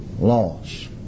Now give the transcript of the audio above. loss